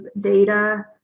data